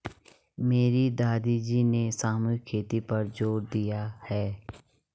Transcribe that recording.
मेरे दादाजी ने सामूहिक खेती पर जोर दिया है